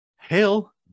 Hail